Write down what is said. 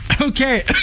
Okay